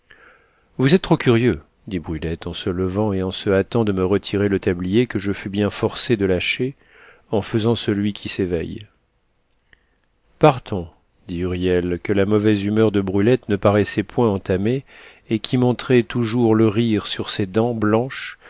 vous êtes trop curieux dit brulette en se levant et en se hâtant de me retirer le tablier que je fus bien forcé de lâcher en faisant celui qui s'éveille partons dit huriel que la mauvaise humeur de brulette ne paraissait point entamer et qui montrait toujours le rire sur ses dents blanches